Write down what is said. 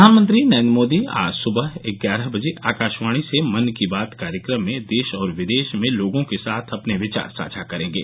प्रधानमंत्री नरेन्द्र मोदी आज सुबह ग्यारह बजे आकाशवाणी से मन की बात कार्यक्रम में देश और विदेश में लोगों के साथ अपने विचार साझा करेंगे